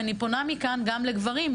אני פונה מכאן גם לגברים,